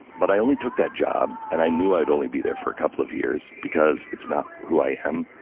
but i only took that job and i knew i'd only be there for a couple of years because it's not who i am,